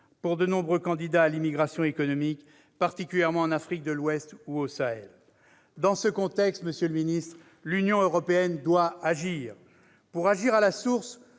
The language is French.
pour de nombreux candidats à l'émigration économique, particulièrement en Afrique de l'Ouest ou au Sahel. Dans ce contexte, monsieur le ministre, l'Union européenne doit agir ! Pour agir à la source,